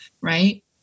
right